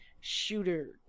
shooter